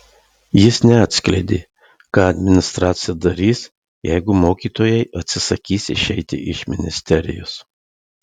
jis neatskleidė ką administracija darys jeigu mokytojai atsisakys išeiti iš ministerijos